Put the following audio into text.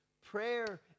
prayer